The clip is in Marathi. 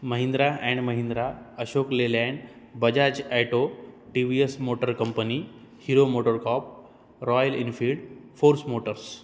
Mahindra and Mahindra Ashok Leyland Bajaj auto T V S Motor Company Hero MotoCorp Royal Enfield Force Motors